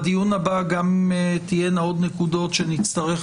בדיון הבא תהיינה עוד נקודות שנצטרך